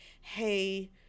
hey